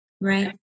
Right